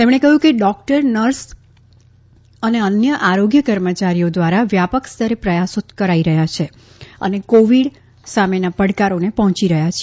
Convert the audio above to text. તેમણે કહયું કે ડોકટર નર્સ અને અન્ય આરોગ્ય કર્મચારીઓ ધ્વારા વ્યાપક સ્તરે પ્રયાસો કરાઇ રહયાં છે અને કોવીડ સામેના પડકારોને પહોંચી રહયાં છે